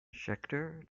scheckter